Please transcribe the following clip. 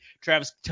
Travis